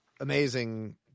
amazing